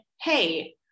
hey